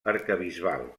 arquebisbal